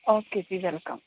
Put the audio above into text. okay ਜੀ welcome